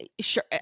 sure